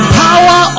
power